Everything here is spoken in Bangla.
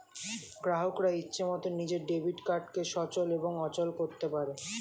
গ্রাহকরা ইচ্ছে মতন নিজের ডেবিট কার্ডকে সচল এবং অচল করতে পারে